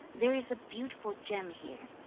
there is a beautiful gem here.